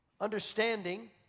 Understanding